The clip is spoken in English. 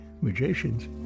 magicians